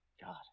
God